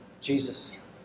Jesus